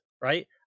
right